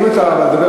אם אתה מדבר,